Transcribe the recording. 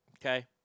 Okay